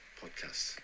podcast